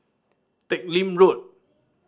Teck Lim Road